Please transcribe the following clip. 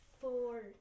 four